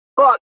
Fuck